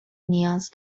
نیاز